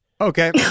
Okay